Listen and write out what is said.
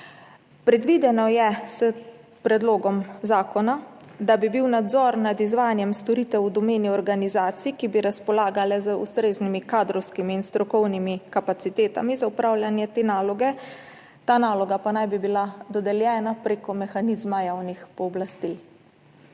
zakona je predvideno, da bi bil nadzor nad izvajanjem storitev v domeni organizacij, ki bi razpolagale z ustreznimi kadrovskimi in strokovnimi kapacitetami za opravljanje te naloge, ta naloga pa naj bi bila dodeljena prek mehanizma javnih pooblastil.